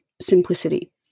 simplicity